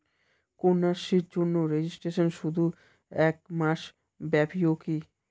কন্যাশ্রীর জন্য রেজিস্ট্রেশন শুধু এক মাস ব্যাপীই কি?